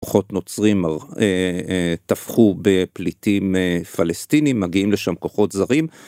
כוחות נוצרים טבחו בפליטים פלסטינים, מגיעים לשם כוחות זרים.